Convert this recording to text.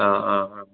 ആ ആ ആ